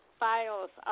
files